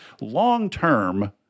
long-term